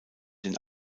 den